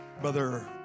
Brother